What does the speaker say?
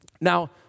Now